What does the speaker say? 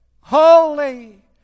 holy